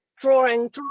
drawing